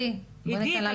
קטי, בואי ניתן לה לסיים.